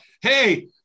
hey